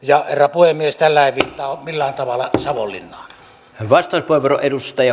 ja herra puhemies tällä en viittaa millään tavalla savonlinnaan